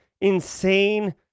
insane